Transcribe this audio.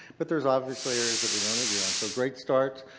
but there's obviously areas but we don't agree on. so, great start.